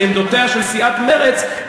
מעמדותיה של סיעת מרצ,